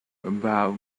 about